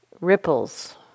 ripples